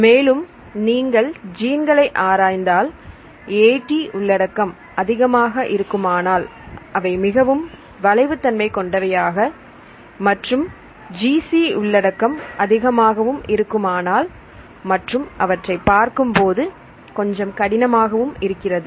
மேலும் நீங்கள் ஜீன் களை ஆராய்ந்தால் AT உள்ளடக்கம் அதிகமாக இருக்குமானால் அவை மிகவும் வளைவு தன்மை கொண்டவையாக மற்றும் GC உள்ளடக்கம் அதிகமாகவும் இருக்குமானால் மற்றும் அவற்றைப் பார்க்கும்போது கொஞ்சம் கடினமாகவும் இருக்கிறது